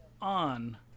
on